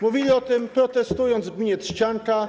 Mówili o tym, protestując w gminie Trzcianka.